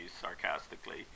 sarcastically